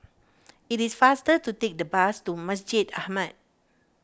it is faster to take the bus to Masjid Ahmad